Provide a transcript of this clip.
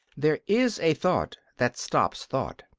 there is a thought that stops thought.